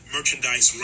merchandise